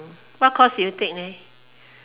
what course did you take